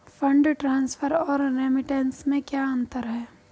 Fund transfer और remittance में क्या अंतर है?